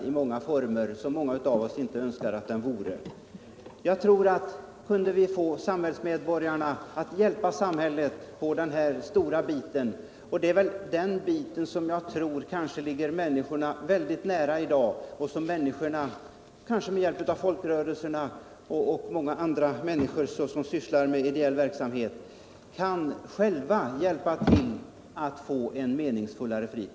Kunde vi, kanske tillsammans med folkrörelserna och människor som sysslar med ideell verksamhet, få medborgarna mer motiverade att hjälpa samhället med detta tror jag att vi skulle kunna åstadkomma en meningsfullare fritid för många fler.